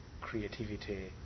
creativity